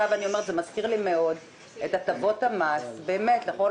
זה מזכיר לי מאוד את הטבות המס לכל